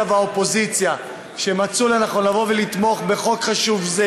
והאופוזיציה שמצאו לנכון לתמוך בחוק חשוב זה,